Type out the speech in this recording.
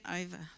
over